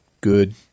good